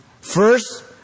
First